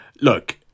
Look